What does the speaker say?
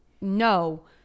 no